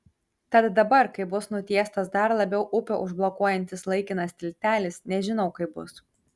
tad dabar kai bus nutiestas dar labiau upę užblokuojantis laikinas tiltelis nežinau kaip bus